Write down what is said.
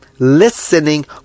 listening